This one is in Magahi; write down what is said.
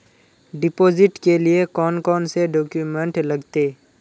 डिपोजिट के लिए कौन कौन से डॉक्यूमेंट लगते?